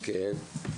כן,